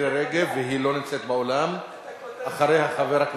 העניין התקבל, ההעברה התקבלה ברוב של חמישה,